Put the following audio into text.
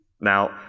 Now